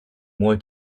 more